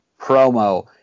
promo